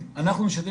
אני קורא מפה להמשיך